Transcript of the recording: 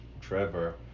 Trevor